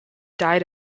died